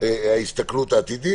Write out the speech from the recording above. מה ההסתכלות העתידית.